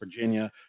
Virginia